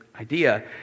idea